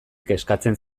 kezkatzen